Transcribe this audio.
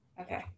Okay